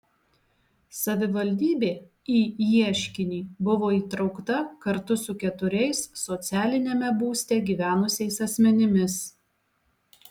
savivaldybė į ieškinį buvo įtraukta kartu su keturiais socialiniame būste gyvenusiais asmenimis